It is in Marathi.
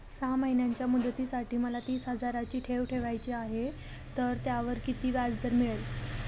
सहा महिन्यांच्या मुदतीसाठी मला तीस हजाराची ठेव ठेवायची आहे, तर त्यावर किती व्याजदर मिळेल?